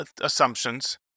assumptions